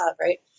right